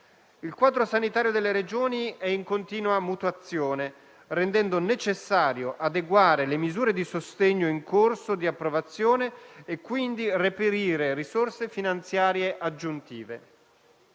Il quadro sanitario delle Regioni è in continua mutazione, rendendo necessario adeguare le misure di sostegno in corso di approvazione e quindi reperire risorse finanziarie aggiuntive.